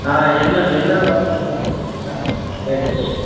ஆ என்ன என்ன வாழைப்பழம் வேணுன்னு சொல்லுங்கள் ரேட்டு சொல்லுறேன்